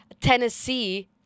tennessee